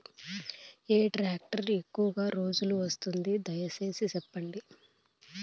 ఏ tractor ఎక్కువగా రోజులు వస్తుంది, దయసేసి చెప్పండి?